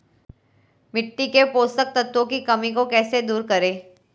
मिट्टी के पोषक तत्वों की कमी को कैसे दूर करें?